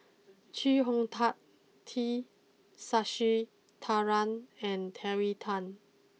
Chee Hong Tat T Sasitharan and Terry Tan